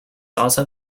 also